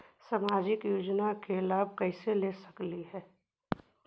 सामाजिक योजना के लाभ कैसे ले सकली हे?